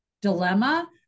dilemma